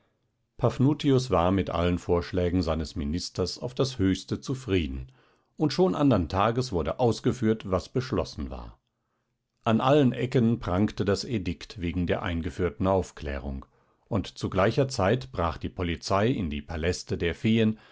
paphnutius war mit allen vorschlägen seines ministers auf das höchste zufrieden und schon andern tages wurde ausgeführt was beschlossen war an allen ecken prangte das edikt wegen der eingeführten aufklärung und zu gleicher zeit brach die polizei in die paläste der feen